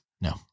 No